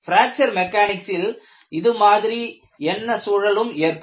fracture மெக்கானிக்ஸில் இதுமாதிரி என்ன சூழலும் ஏற்படும்